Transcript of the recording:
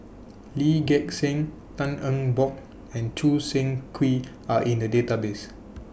Lee Gek Seng Tan Eng Bock and Choo Seng Quee Are in The Database